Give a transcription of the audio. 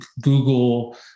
Google